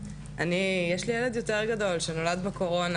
יש לי ילד יותר גדול שנולד בקורונה.